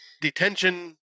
Detention